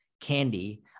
candy